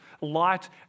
light